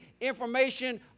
information